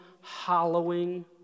hollowing